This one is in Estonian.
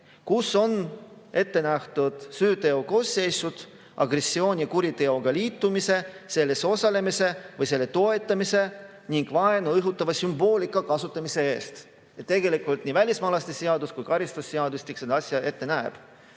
kus on ette nähtud süüteokoosseisud agressioonikuriteoga liitumise, selles osalemise või selle toetamise ning vaenu õhutava sümboolika kasutamise eest. Tegelikult nii välismaalaste seadus kui ka karistusseadustik seda asja ette näeb. Ja